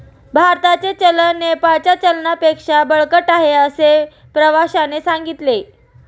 भारताचे चलन नेपाळच्या चलनापेक्षा बळकट आहे, असे प्रवाश्याने सांगितले